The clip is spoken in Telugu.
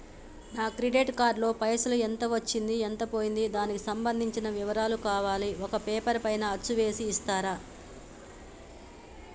నా క్రెడిట్ కార్డు లో పైసలు ఎంత వచ్చింది ఎంత పోయింది దానికి సంబంధించిన వివరాలు కావాలి ఒక పేపర్ పైన అచ్చు చేసి ఇస్తరా?